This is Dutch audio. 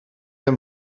hem